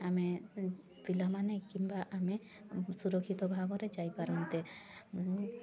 ଆମେ ପିଲାମାନେ କିମ୍ବା ଆମେ ସୁରକ୍ଷିତ ଭାବରେ ଯାଇପାରନ୍ତେ